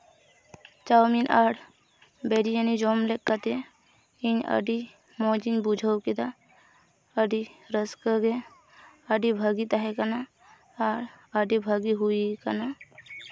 chowmein ᱟᱨ ᱵᱤᱨᱭᱟᱱᱤ ᱡᱚᱢ ᱞᱮᱠ ᱠᱟᱛᱮᱫ ᱤᱧ ᱟᱹᱰᱤ ᱢᱚᱡᱤᱧ ᱵᱩᱡᱷᱟᱹᱣ ᱠᱮᱫᱟ ᱟᱹᱰᱤ ᱨᱟᱹᱥᱠᱟᱹᱜᱮ ᱟᱹᱰᱤ ᱵᱷᱟᱹᱜᱤ ᱛᱟᱦᱮᱸ ᱠᱟᱱᱟ ᱟᱨ ᱟᱹᱰᱤ ᱵᱷᱟᱹᱜᱤ ᱦᱩᱭ ᱠᱟᱱᱟ